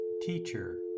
Teacher